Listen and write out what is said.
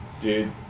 Dude